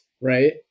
right